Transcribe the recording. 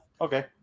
Okay